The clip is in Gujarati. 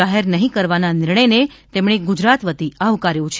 જાહેર નહિં કરવાના નિર્ણયને તેમણે ગુજરાત વતી આવકાર્યો છે